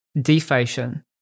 deflation